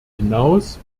hinaus